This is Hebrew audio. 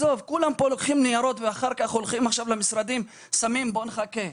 כולם לוקחים ניירות ושמים אותם ואומרים בואו נחכה.